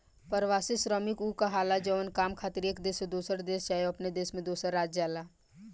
प्रवासी श्रमिक उ कहाला जवन काम खातिर एक देश से दोसर देश चाहे अपने देश में दोसर राज्य जाला